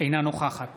אינה נוכחת